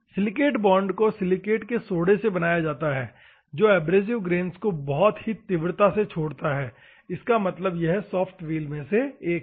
silicate bond को silicate के सोडे से बनाया जाता है जो एब्रेसिव ग्रेन्स को बहुत तीव्रता से छोड़ता है इसका मतलब यह सॉफ्ट व्हील्स में से एक है